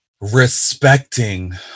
respecting